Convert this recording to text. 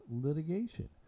litigation